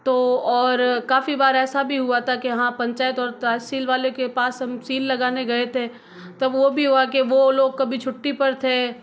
तो और काफ़ी बार ऐसा भी हुआ था कि हाँ पंचायत और तहसील वाले के पास हम सील लगाने गए थे तब वो भी हुआ के वो लोग कभी छुट्टी पर थे